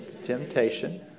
temptation